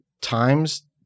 times